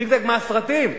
זיגזג מהסרטים.